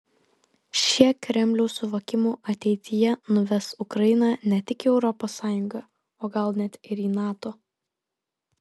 šie kremliaus suvokimu ateityje nuves ukrainą ne tik į europos sąjungą o gal net ir į nato